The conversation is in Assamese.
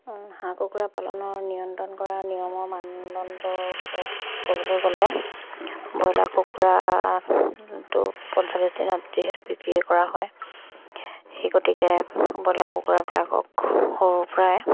হাঁহ কুকুৰা পালনৰ নিয়ন্ত্ৰণ কৰা নিয়মৰ মানদণ্ডৰ ওপৰত ক'বলৈ গ'লে ব্ৰইলাৰ কুকুৰাটো পঞ্চল্লিছ দিনত যিহেতু বিক্ৰীয়েই কৰা হয় সেই গতিকে ব্ৰইলাৰ কুকুৰাবিলাকক সৰুৰ পৰাই